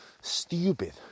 stupid